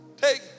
Take